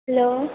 hello